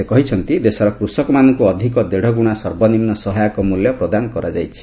ସେ କହିଛନ୍ତି ଦେଶର କୂଷକମାନଙ୍କୁ ଅଧିକ ଦେଢ଼ଗୁଣା ସର୍ବନିମ୍ନ ସହାୟକ ମୂଲ୍ୟ ପ୍ରଦାନ କରାଯାଇଛି